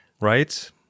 right